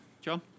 John